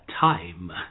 Time